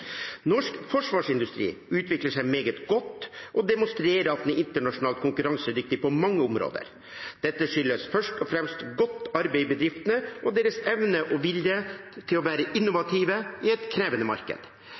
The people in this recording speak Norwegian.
Norsk forsvarsindustri utvikler seg meget godt og demonstrerer at den er internasjonalt konkurransedyktig på mange områder. Dette skyldes først og fremst godt arbeid i bedriftene og deres evne og vilje til å være innovative i et krevende marked.